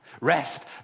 Rest